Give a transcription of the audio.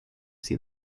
see